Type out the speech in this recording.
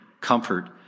comfort